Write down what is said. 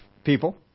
people